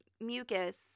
mucus